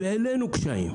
והעלינו קשים.